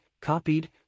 copied